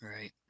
right